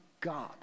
God